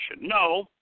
No